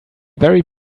very